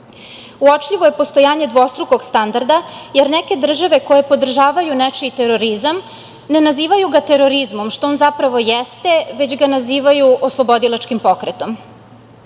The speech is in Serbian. tako. Uočljivo je postojanje dvostrukog standarda, jer neke države koje podržavaju nečiji terorizam ne nazivaju ga terorizmom, što on zapravo jeste, već ga nazivaju oslobodilačkim pokretom.